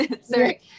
Sorry